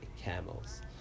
camels